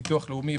ביטוח לאומי,